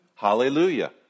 Hallelujah